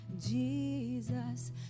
Jesus